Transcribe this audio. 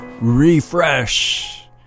refresh